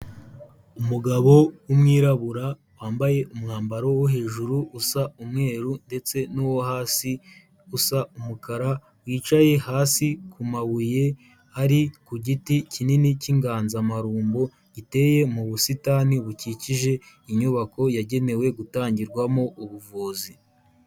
Umugabo w'umwirabura, wambaye umwambaro wo hejuru usa umweru ndetse n'uwo hasi usa umukara, wicaye hasi ku mabuye ari ku giti kinini cy'inganzamarumbo giteye mu busitani bukikije inyubako yagenewe gutangirwamo ubuvuzi.